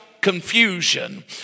confusion